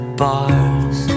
bars